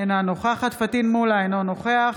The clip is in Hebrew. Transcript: אינה נוכחת פטין מולא, אינו נוכח